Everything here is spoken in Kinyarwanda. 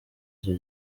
icyo